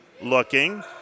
looking